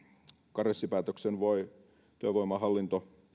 karenssipäätöksen voi työvoimahallinto